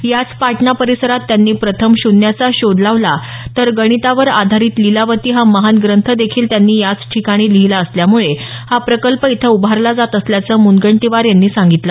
याच पाटणा परिसरात त्यांनी प्रथम शून्याचा शोध लावला तर गणितावर आधारित लिलावती हा महान ग्रंथ देखील त्यांनी याचठिकाणी लिहिला असल्यामुळे हा प्रकल्प इथं उभारला जात असल्याचं मुनगंटीवार यांनी सांगितलं